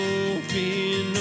open